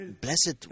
blessed